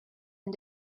and